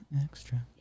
extra